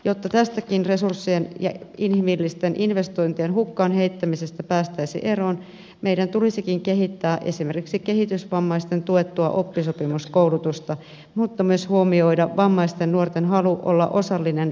jotta tästäkin resurssien ja inhimillisten investointien hukkaan heittämisestä päästäisiin eroon meidän tulisikin kehittää esimerkiksi kehitysvammaisten tuettua oppisopimuskoulutusta mutta myös huomioida vammaisten nuorten halu olla osallisia vaikuttajia